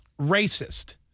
Racist